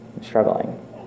struggling